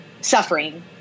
suffering